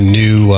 new